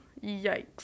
Yikes